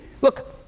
Look